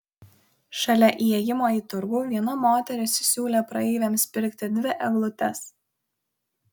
šalia įėjimo į turgų viena moteris siūlė praeiviams pirkti dvi eglutes